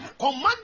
Command